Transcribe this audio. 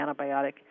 antibiotic